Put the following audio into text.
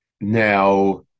Now